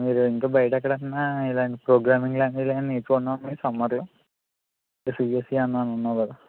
మీరు ఇంకా బయట ఎక్కడైనా ఇలాంటి ప్రోగ్రామింగ్ లాంగ్వేజ్ ఏమైనా నేర్చుకున్నావా అమ్మ సమ్మర్లో అంటే సీఎస్ఈ అని అన్నావు కదా